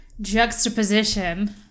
juxtaposition